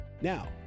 Now